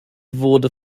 wurde